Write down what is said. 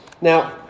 Now